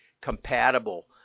compatible